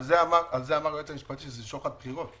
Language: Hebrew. קטי, על זה אמר היועץ המשפטי שזה שוחד בחירות.